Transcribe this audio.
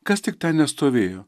kas tik ten nestovėjo